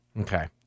Okay